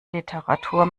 literatur